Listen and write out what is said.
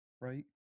right